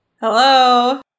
Hello